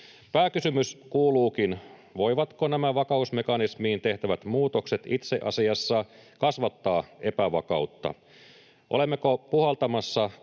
Pääkysymys kuuluukin, voivatko nämä vakausmekanismiin tehtävät muutokset itse asiassa kasvattaa epävakautta. Olemmeko puhaltamassa